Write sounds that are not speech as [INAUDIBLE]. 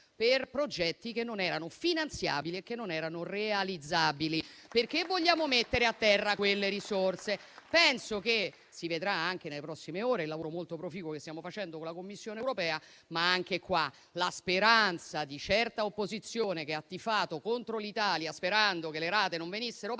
per progetti che non erano finanziabili, né realizzabili, [APPLAUSE] perché vogliamo mettere a terra quelle risorse. Penso che si vedrà anche nelle prossime ore il lavoro molto proficuo che stiamo facendo con la Commissione europea, ma, anche in questo caso, l'auspicio di certa opposizione che ha tifato contro l'Italia sperando che le rate non venissero pagate